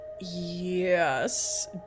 Yes